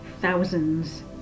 thousands